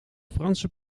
franse